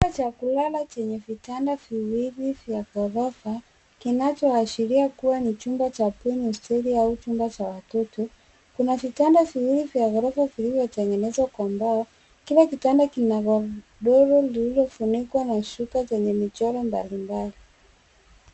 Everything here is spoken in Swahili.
Chumba cha kulala chenye vitanda viwili vya ghorofa, kinachoashiria kuwa ni chumba cha bweni , hosteli au chumba cha watoto. Kuna vitanda viwili vya ghorofa vilivyotengenezwa kwa mbao. Kila kitanda kina godoro lililofunikwa na shuka zenye michoro mbalimbali.